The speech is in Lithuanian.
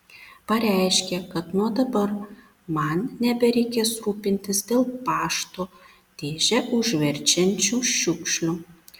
pareiškė kad nuo dabar man nebereikės rūpintis dėl pašto dėžę užverčiančių šiukšlių